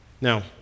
Now